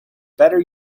better